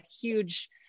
huge